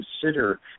consider